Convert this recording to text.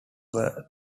were